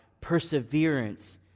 perseverance